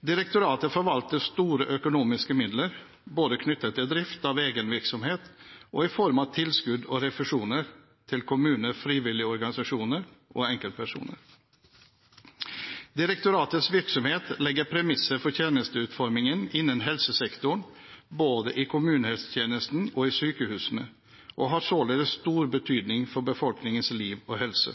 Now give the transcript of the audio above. Direktoratet forvalter store økonomiske midler, både knyttet til drift av egen virksomhet og i form av tilskudd og refusjoner til kommuner, frivillige organisasjoner og enkeltpersoner. Direktoratets virksomhet legger premisser for tjenesteutformingen innen helsesektoren, både i kommunehelsetjenesten og i sykehusene, og har således stor betydning for befolkningens liv og helse.